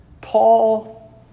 Paul